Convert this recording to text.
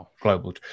global